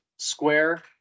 Square